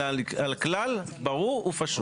אלא על כלל ברור ופשוט.